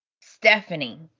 Stephanie